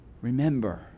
Remember